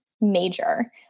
major